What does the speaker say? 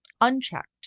unchecked